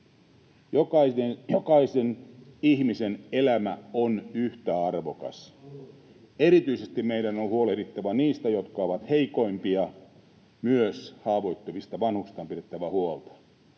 Jokaisen ihmisen elämä on yhtä arvokas. Erityisesti meidän on huolehdittava niistä, jotka ovat heikoimpia; myös haavoittuvista vanhuksista on pidettävä huolta.